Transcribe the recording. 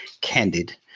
candid